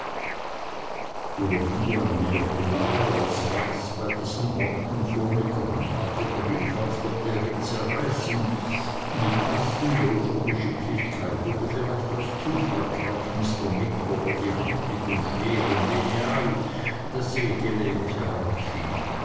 mehr blau als weiß bei diesen worten fuhr mit der hand nach dem brief als wollte er ihn zerreißen mit beispielloser geschicklichkeit oder vielleicht aus zufall traf mr micawber die hand mit dem schweren lineal daß